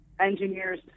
engineers